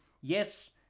Yes